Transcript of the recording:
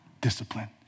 discipline